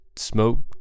Smoke